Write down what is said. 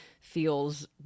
feels